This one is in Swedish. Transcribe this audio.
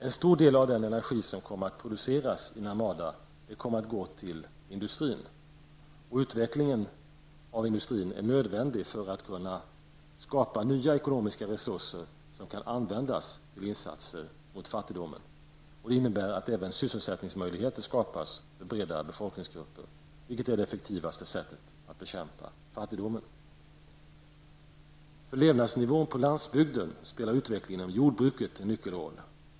En stor del av den energi som kommer att produceras i Narmada kommer att gå till industrin. Utvecklingen av industrin är nödvändig för att kunna skapa nya ekonomiska resurser som kan användas till insatser mot fattigdomen. Det innebär också att sysselsättningsmöjligheter skapas för breda befolkningsgrupper. Det är det effektivaste sättet att bekämpa fattigdomen. För levandsnivån på landsbygden spelar utvecklingen av jordbruket en nyckelroll.